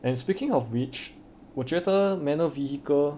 and speaking of which 我觉得 manual vehicle